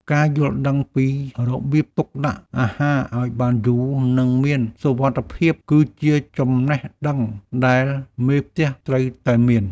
ការយល់ដឹងពីរបៀបទុកដាក់អាហារឱ្យបានយូរ និងមានសុវត្ថិភាព គឺជាចំណេះដឹងដែលមេផ្ទះត្រូវតែមាន។